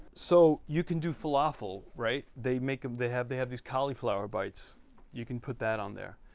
so you can do falafel right they make them, they have they have these cauliflower bites you can put that on there.